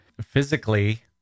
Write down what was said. physically